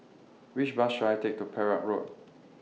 Which Bus should I Take to Perak Road